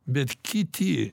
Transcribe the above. bet kiti